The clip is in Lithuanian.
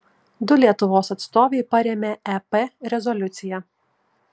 du lietuvos atstovai parėmė ep rezoliuciją